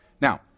Now